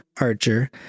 Archer